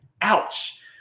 ouch